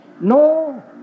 No